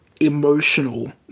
emotional